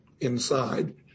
inside